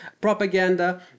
propaganda